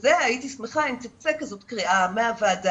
וזה הייתי שמחה אם תצא כזאת קריאה מהוועדה